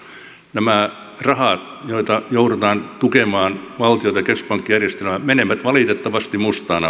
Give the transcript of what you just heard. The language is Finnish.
nämä rahat joilla joudutaan tukemaan valtiota keskuspankkijärjestelmää menevät valitettavasti mustaan